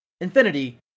infinity